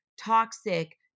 toxic